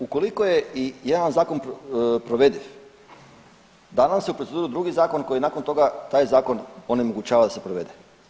Ukoliko je i jedan zakon provediv, da nam se u proceduru drugi zakon koji nakon toga taj zakon onemogućava da se provede.